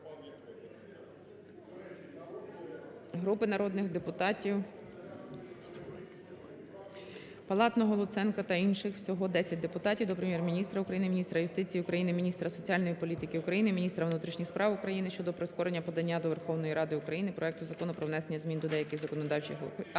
Групи народних депутатів (Палатного, Луценко та інших. Всього 10 депутатів) до Прем'єр-міністра України, міністра юстиції України, міністра соціальної політики України, міністра внутрішніх справ України щодо прискорення подання до Верховної Ради України проекту Закону "Про внесення змін до деяких законодавчих актів